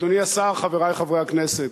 אדוני היושב-ראש,